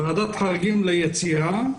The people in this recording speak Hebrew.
ועדת חריגים ליציאה.